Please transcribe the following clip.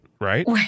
right